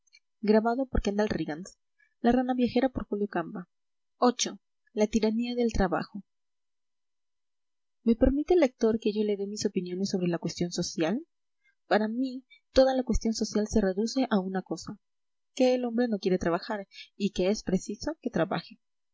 viii la tiranía del trabajo me permite el lector que yo le dé mis opiniones sobre la cuestión social para mí toda la cuestión social se reduce a una cosa que el hombre no quiere trabajar y que es preciso que trabaje